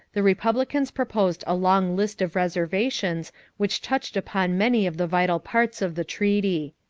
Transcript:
the republicans proposed a long list of reservations which touched upon many of the vital parts of the treaty.